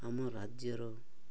ଆମ ରାଜ୍ୟର